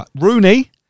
Rooney